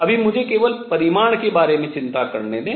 अभी मुझे केवल परिमाण के बारे में चिंता करने दें